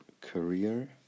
career